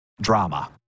drama